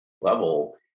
level